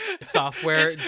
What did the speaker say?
software